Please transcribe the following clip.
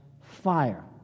fire